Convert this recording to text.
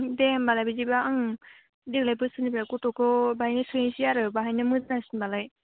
दे होनब्लालाय बिदिब्ला आं देग्लाय बोसोरनिफ्राय गथ'खौ बेहायनो सोहैसै आरो बाहायनो मोजांसिन बालाय